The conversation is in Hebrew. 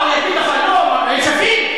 הם לא שווים?